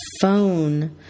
phone